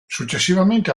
successivamente